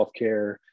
healthcare